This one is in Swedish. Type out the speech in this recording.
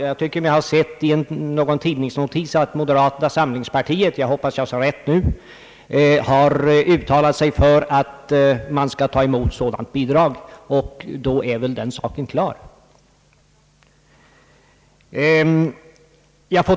Jag tycker mig ha sett i en tidningsnotis, att moderata samlingspartiet har uttalat sig för att man skall ta emot sådant bidrag, och då är väl den saken klar.